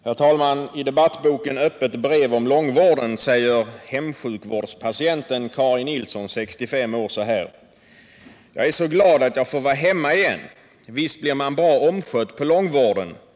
Herr talman! I debattboken Öppet brev om långvården säger hemsjukvårdspatienten Carin Larsson, 65 år, så här: ”Jag är så glad att jag får vara hemma igen, Visst blir man bra omskött på långvården.